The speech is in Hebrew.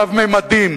רב-ממדים,